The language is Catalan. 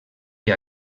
que